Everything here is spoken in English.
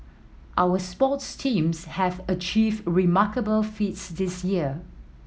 our sports teams have achieved remarkable feats this year